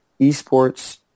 esports